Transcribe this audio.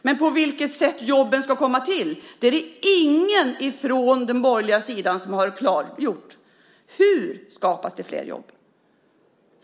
Men på vilket sätt jobben ska komma till är det ingen från den borgerliga sidan som har klargjort. Hur skapas det flera jobb?